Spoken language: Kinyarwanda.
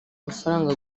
mafaranga